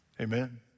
Amen